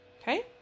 Okay